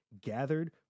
gathered